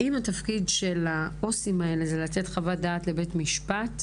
אם התפקיד של העו"סים האלה הוא לתת חוות דעת לבית המשפט,